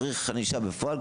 צריך מאסר בפועל.